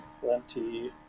plenty